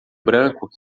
branco